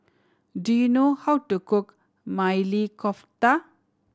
do you know how to cook Maili Kofta